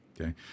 Okay